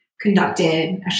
conducted